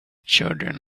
children